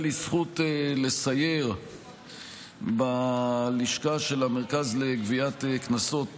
לי זכות לסייר בלשכה של המרכז לגביית קנסות,